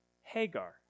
Hagar